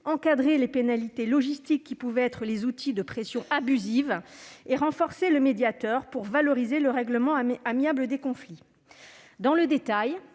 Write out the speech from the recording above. encadré les pénalités logistiques qui pouvaient être des outils de pressions abusives et renforcé le médiateur pour favoriser le règlement amiable des conflits. Dans le détail,